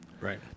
Right